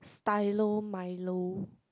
stylo milo